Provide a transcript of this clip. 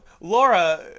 Laura